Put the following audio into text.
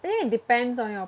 then it depends on your